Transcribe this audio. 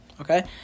okay